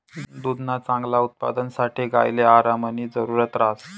दुधना चांगला उत्पादनसाठे गायले आरामनी जरुरत ह्रास